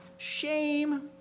shame